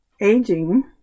aging